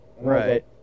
Right